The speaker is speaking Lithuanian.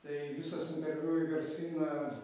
tai visas interviu į garsyną